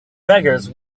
beggars